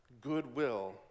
goodwill